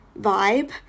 vibe